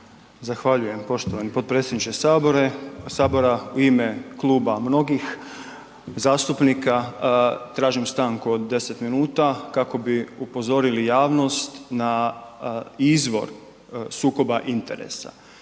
Zahvaljujem poštovani potpredsjedniče sabora. U ime kluba mnogih zastupnika tražim stanku od 10 minuta kako bi upozorili javnost na izvor sukoba interesa.